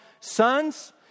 sons